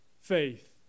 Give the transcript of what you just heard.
faith